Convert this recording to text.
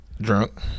Drunk